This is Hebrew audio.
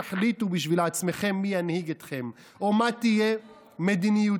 תחליטו בשביל עצמכם מי ינהיג אתכם או מה תהיה מדיניותו.